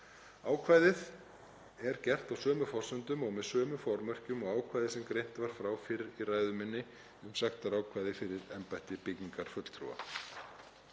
Ákvæðið er gert á sömu forsendum og með sömu formerkjum og ákvæðið sem greint var frá fyrr í ræðu minni um sektarákvæði fyrir embætti byggingarfulltrúa.